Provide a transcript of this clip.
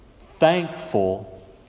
thankful